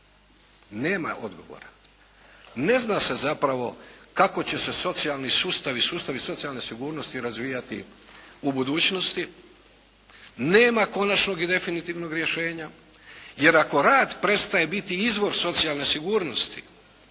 Nema odgovora. Ne zna se zapravo kako će se socijalni sustavi i sustavi socijalne sigurnosti razvijati u budućnosti, nema konačnog i definitivnog rješenja jer ako rad prestaje biti izvor socijalne sigurnosti